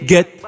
Get